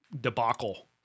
debacle